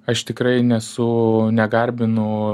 aš tikrai nesu negarbinu